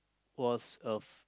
was of